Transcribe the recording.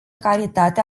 calitate